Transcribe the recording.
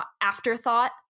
afterthought